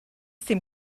dim